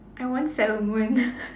I want salmon